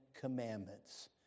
Commandments